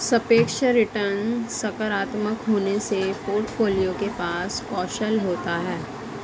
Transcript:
सापेक्ष रिटर्न सकारात्मक होने से पोर्टफोलियो के पास कौशल होता है